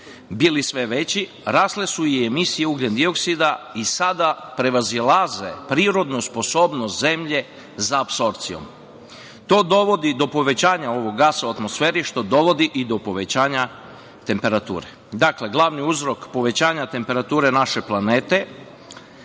bili sve veći, rasle su i emisije ugljendioksida i sada prevazilaze prirodnu sposobnost zemlje za apsorpcijom. To dovodi do povećanja ovog gasa u atmosferi, što dovodi i do povećanja temperature. Dakle, glavni uzrok povećanja temperature naše planete